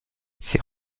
ces